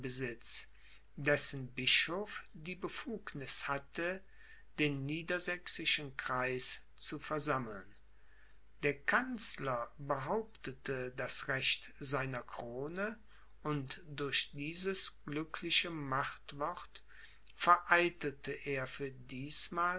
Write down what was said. dessen bischof die befugniß hatte den niedersächsischen kreis zu versammeln der kanzler behauptete das recht seiner krone und durch dieses glückliche machtwort vereitelte er für diesmal